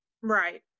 Right